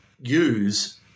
use